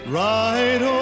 right